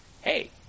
hey